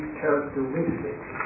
characteristics